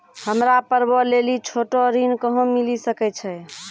हमरा पर्वो लेली छोटो ऋण कहां मिली सकै छै?